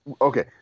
Okay